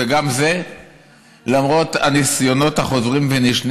וגם זה למרות הניסיונות החוזרים ונשנים